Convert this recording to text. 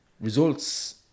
results